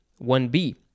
1B